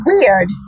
weird